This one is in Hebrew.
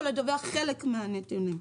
או לדווח חלק מהנתונים.